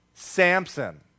Samson